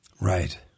Right